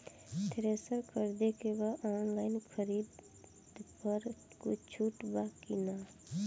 Thresher खरीदे के बा ऑनलाइन खरीद पर कुछ छूट बा कि न?